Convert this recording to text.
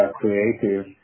creative